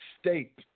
State